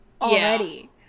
already